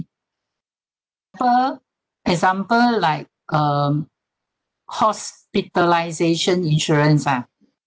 per example like um hospitalisation insurance ah